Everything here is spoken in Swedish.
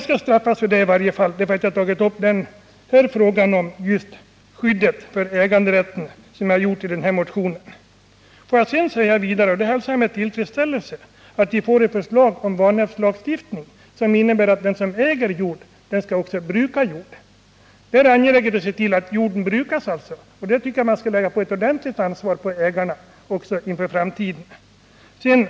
Får jag sedan säga att jag med tillfredsställelse hälsar att vi får ett förslag om vanhävdslagstiftning, innebärande att den som äger jorden också skall bruka den. Det är angeläget att se till att jorden brukas. Här tycker jag att man i framtiden skall ålägga ägarna ett ordentligt ansvar.